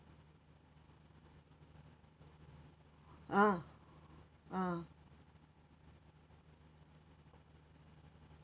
ah ah